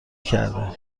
کرده